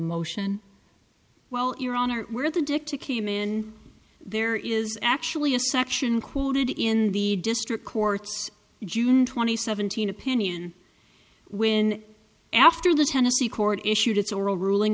motion well iran where the dicta came in there is actually a section quoted in the district courts june twenty seventeen opinion when after the tennessee court issued its oral ruling